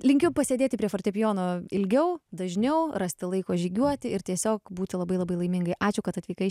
linkiu pasėdėti prie fortepijono ilgiau dažniau rasti laiko žygiuoti ir tiesiog būti labai labai laimingai ačiū kad atvykai